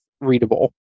readable